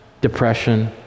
depression